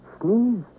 sneeze